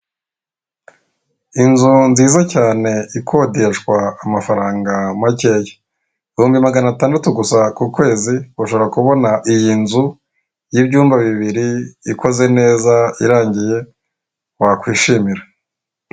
Inzu nziza cyane ikodeshwa amafaranga makeya ibihumbi magana atandatu gusa ku kwezi ushobora kubona iyi nzu y'ibyumba bibiri ikoze neza irangiye wakwishimira.